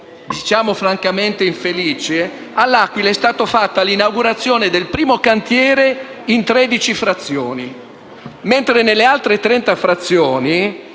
diciamo francamente infelici - all'Aquila è stata fatta l'inaugurazione del primo cantiere in 13 frazioni, mentre nelle altre 30 frazioni